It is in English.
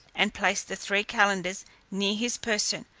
and placed the three calenders near his person,